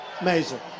Amazing